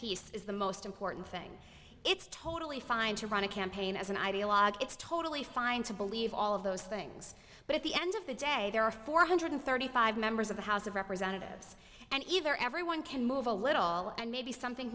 piece is the most important thing it's totally fine to run a campaign as an idealogue it's totally fine to believe all of those things but at the end of the day there are four hundred thirty five members of the house of representatives and either everyone can move a little and maybe something